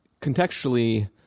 contextually